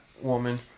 woman